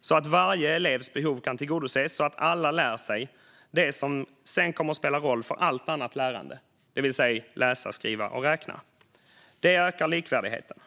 så att varje elevs behov kan tillgodoses. Alla ska lära sig det som sedan kommer att spela roll för allt annat lärande, det vill säga att läsa, skriva och räkna. Det ökar likvärdigheten.